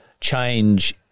Change